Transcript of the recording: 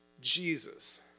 Jesus